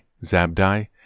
Zabdi